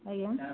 ଆଜ୍ଞା